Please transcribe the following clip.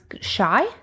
shy